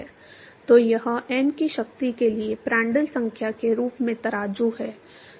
तो यह n की शक्ति के लिए प्रांटल संख्या के रूप में तराजू है